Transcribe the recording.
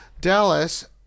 Dallas